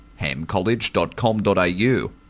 hamcollege.com.au